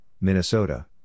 Minnesota